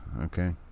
Okay